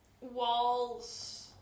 walls